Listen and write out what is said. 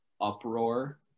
uproar